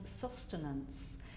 sustenance